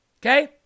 Okay